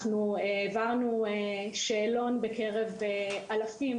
אנחנו העברנו שאלון בקרב אלפי